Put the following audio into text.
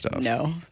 no